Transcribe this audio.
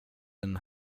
and